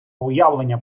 уявлення